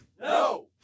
No